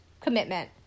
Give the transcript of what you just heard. commitment